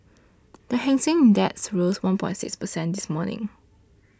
the Hang Seng Index rose one point six percent this morning